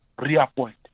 reappoint